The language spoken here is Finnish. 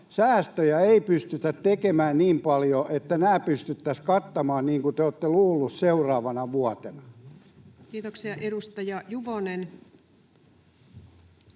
säästöjä ei pystytä tekemään niin paljon, että nämä pystyttäisiin kattamaan, niin kuin te olette luulleet, seuraavana vuonna? [Speech 25] Speaker: